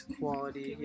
quality